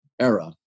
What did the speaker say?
era